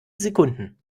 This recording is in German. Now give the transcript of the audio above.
sekunden